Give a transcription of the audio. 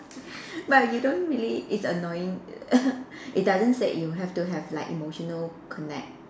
but you don't really it's annoying it doesn't say you have to have like emotional connect